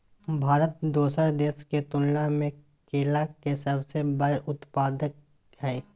भारत दोसर देश के तुलना में केला के सबसे बड़ उत्पादक हय